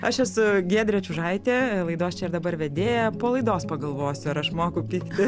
aš esu giedrė čiužaitė laidos čia ir dabar vedėja po laidos pagalvosiu ar aš moku pykti